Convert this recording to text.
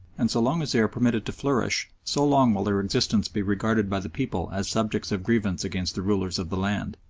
and so long as they are permitted to flourish so long will their existence be regarded by the people as subjects of grievance against the rulers of the land.